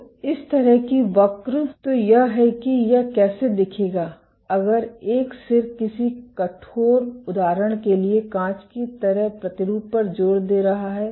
तो इस तरह की वक्र तो यह है कि यह कैसे दिखेगा अगर एक सिर किसी कठोर उदाहरण के लिए कांच की तरह प्रतिरूप पर जोर दे रहा है